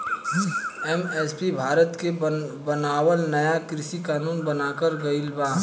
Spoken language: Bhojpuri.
एम.एस.पी भारत मे बनावल नाया कृषि कानून बनाकर गइल बा